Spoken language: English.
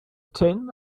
tin